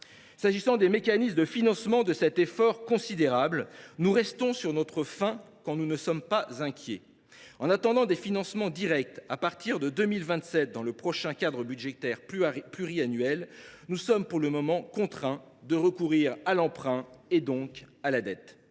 concerne les mécanismes de financement de cet effort considérable, nous restons sur notre faim, quand nous ne sommes pas inquiets. En attendant des financements directs à partir de 2027 dans le prochain cadre budgétaire pluriannuel, nous sommes pour le moment contraints de recourir à l’emprunt, donc à la dette,